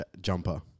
jumper